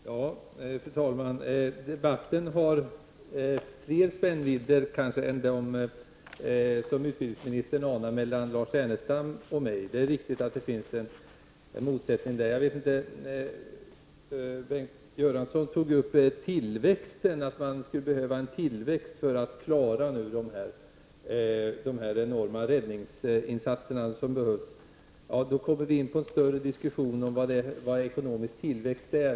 Fru talman! Debatten har kanske större spännvidd än utbildningsministern anar vad gäller Lars Erenstam å ena sidan och mig själv å andra. Det är alltså riktigt att det finns en motsättning mellan oss i det här avseendet. Bengt Göransson talade om att det behövs en tillväxt för att vi skall klara de enorma räddningsinsatser som erfordras. Men om vi skall tala om den saken, kommer vi in på en mera omfattande diskussion om vad ekonomisk tillväxt är.